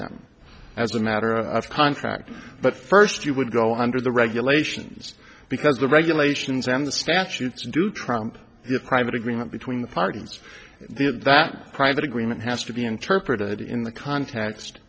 them as a matter of contract but first you would go under the regulations because the regulations and the statutes do trump private agreement between the parties that private agreement has to be interpreted in